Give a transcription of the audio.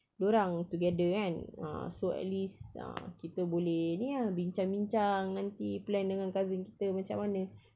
dia orang together kan ah so at least ah kita boleh ni ah bincang-bincang nanti plan dengan cousin kita macam mana